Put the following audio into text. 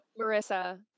Marissa